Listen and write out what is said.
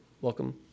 Welcome